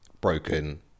broken